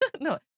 No